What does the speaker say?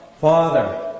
Father